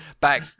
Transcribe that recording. back